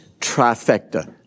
Trifecta